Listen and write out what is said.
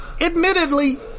Admittedly